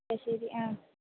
ഓ ശരി ആ